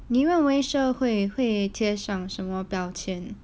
你认为社会会贴上什么标签